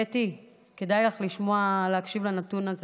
קטי, כדאי לך להקשיב לנתון הזה: